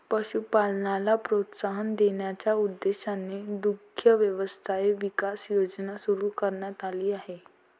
पशुपालनाला प्रोत्साहन देण्याच्या उद्देशाने दुग्ध व्यवसाय विकास योजना सुरू करण्यात आली आहे